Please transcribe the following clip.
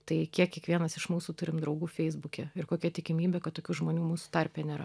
tai kiek kiekvienas iš mūsų turim draugų feisbuke ir kokia tikimybė kad tokių žmonių mūsų tarpe nėra